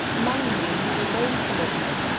marry me and you will learn to love me.